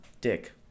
dick